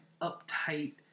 uptight